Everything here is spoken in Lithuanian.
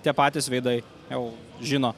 tie patys veidai jau žino